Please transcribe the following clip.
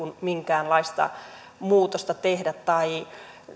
minkäänlaista muutosta tehdä tai